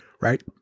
right